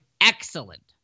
excellent